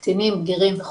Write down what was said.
קטינים,